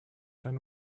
than